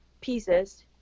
pieces